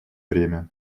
время